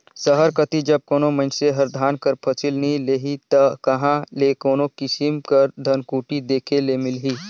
सहर कती जब कोनो मइनसे हर धान कर फसिल नी लेही ता कहां ले कोनो किसिम कर धनकुट्टी देखे ले मिलही